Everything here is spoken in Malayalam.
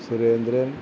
സുരേന്ദ്രൻ